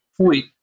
point